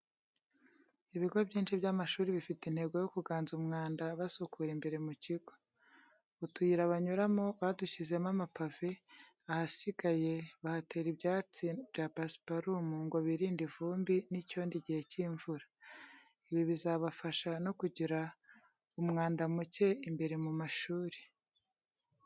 Ibigo byinshi by'amashuri bifite intego yo kuganza umwanda basukura imbere mu kigo. Utuyira banyuramo badushyizemo amapave, ahasigaye bahatera ibyatsi bya pasiparumu ngo birinde ivumbi n'icyondo igihe cy'imvura. Ibi bizabafasha no kugira umwanda muke imbere mu mashuri.